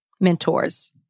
Mentors